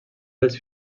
dels